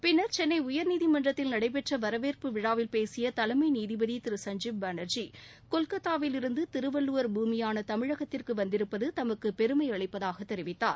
பின்னர் சென்னை உயர்நீதிமன்றத்தில் நடைபெற்ற வரவேற்பு விழாவில் பேசிய தலைமை நீதிபதி திரு சஞ்ஜீப் பானர்ஜி கொல்கத்தாவில் இருந்து திருவள்ளுவர் பூமியான தமிழகத்திற்கு வந்திருப்பது தமக்கு பெருமை அளிப்பதாக தெரிவித்தார்